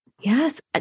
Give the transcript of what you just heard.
Yes